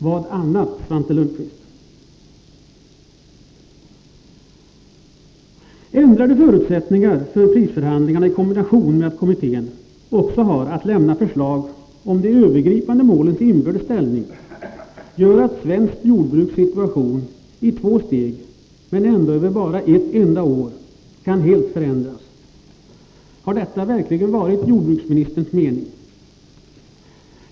Vad annat, Svante Lundkvist? Ändrade förutsättningar för dessa förhandlingar i kombination med att kommittén också har att lämna förslag om de övergripande målens inbördes ställning gör att svenskt jordbruks situation i två steg, men ändå över bara ett enda år, kan helt förändras. Kan detta verkligen ha varit jordbruksministerns mening?